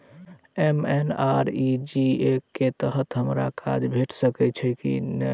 MNREGA कऽ तहत हमरा काज भेट सकय छई की नहि?